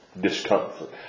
discomfort